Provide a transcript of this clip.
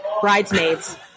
Bridesmaids